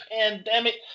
pandemic